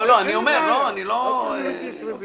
אני רק מגיש רביזיה.